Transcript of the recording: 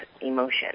emotion